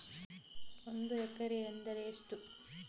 ಒಂದು ಹೆಕ್ಟೇರ್ ಎಂದರೆ ಎಷ್ಟು?